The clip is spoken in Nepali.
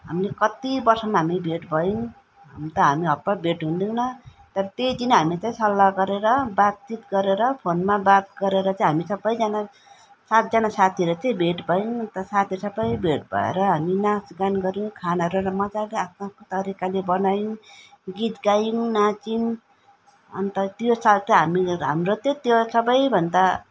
हामीले कति वर्षमा हामी भेट भयौँ हुनु त हामी हतपत भेट हुँदैनौँ तर त्यही दिन हामी चाहिँ सल्लाह गरेर बातचित गरेर फोनमा बात गरेर चाहिँ हामी सबैजना सातजना साथीहरू थियो भेट भयौँ अन्त साथीहरू सबै भेट भएर हामी नाँचगान गऱ्यौँ खानाहरू मज्जाले आफ्नो आफ्नो तरिकाले बनायौँ गीत गायौँ नाच्यौँ अन्त त्यो साल त हामी हाम्रो चाहिँ त्यो सबैभन्दा